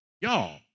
y'all